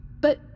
But